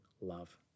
love